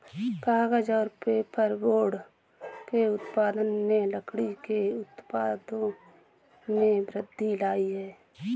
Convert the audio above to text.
कागज़ और पेपरबोर्ड के उत्पादन ने लकड़ी के उत्पादों में वृद्धि लायी है